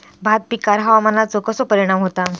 भात पिकांर हवामानाचो कसो परिणाम होता?